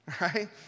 right